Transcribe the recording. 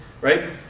right